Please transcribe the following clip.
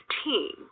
team